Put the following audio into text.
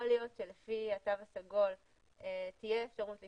יכול להיות שלפי התו הסגול תהיה אפשרות לפתוח,